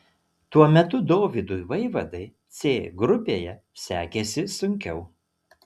tuo metu dovydui vaivadai c grupėje sekėsi sunkiau